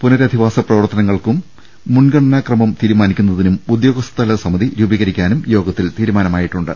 പുനരധിവാസ പ്രവർത്തനങ്ങൾക്കും മുൻഗണനാക്രമം തീരുമാനിക്കു ന്നതിനും ഉദ്യോഗസ്ഥതല സമിതി രൂപീകരിക്കാനും യോഗത്തിൽ തീരുമാനമായിട്ടുണ്ട്